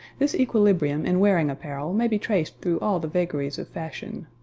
this equilibrium in wearing apparel may be traced through all the vagaries of fashion.